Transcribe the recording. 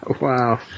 Wow